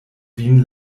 vin